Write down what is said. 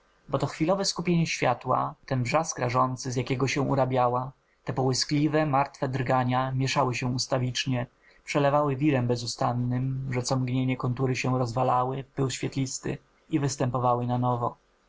bo to chwilowe skupienie światła ten brzask rażący z jakiego się urabiała te połyskliwe martwe drgania mieszały się ustawicznie przelewały wirem bezustannym że co mgnienie kontury się rozwalały w pył świetlisty i występowały na nowo